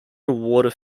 water